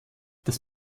das